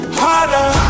harder